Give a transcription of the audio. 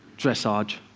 dressage.